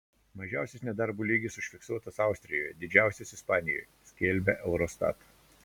mažiausias nedarbo lygis užfiksuotas austrijoje didžiausias ispanijoje skelbia eurostat